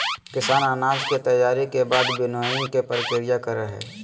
किसान अनाज के तैयारी के बाद विनोइंग के प्रक्रिया करई हई